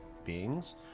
beings